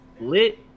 lit